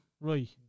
right